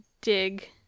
dig